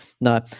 No